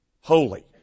holy